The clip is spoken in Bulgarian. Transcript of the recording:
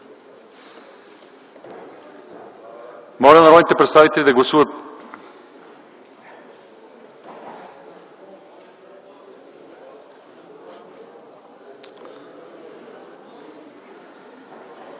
Моля народните представители да гласуват.